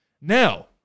Now